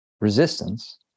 resistance